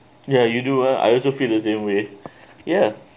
ya you do uh I also feel the same way ya